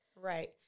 Right